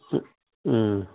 ம் ம்